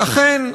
ואכן,